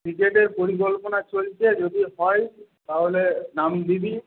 ক্রিকেটের পরিকল্পনা চলছে যদি হয় তাহলে নাম দিবি